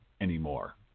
anymore